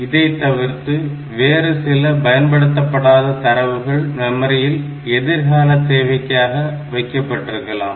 இதை தவிர்த்து வேறு சில பயன்படுத்தப்படாத தரவுகள் மெமரியில் எதிர்கால தேவைக்காக வைக்கப்பட்டு இருக்கும்